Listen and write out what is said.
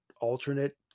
alternate